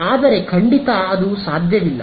ಆದರೆ ಖಂಡಿತ ಅದು ಸಾಧ್ಯವಿಲ್ಲ